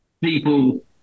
people